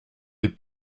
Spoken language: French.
les